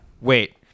Wait